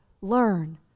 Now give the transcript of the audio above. learn